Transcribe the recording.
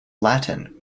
latin